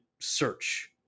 search